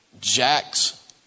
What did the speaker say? Jack's